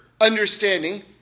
understanding